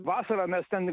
vasarą mes ten